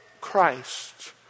Christ